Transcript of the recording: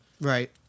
right